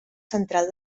central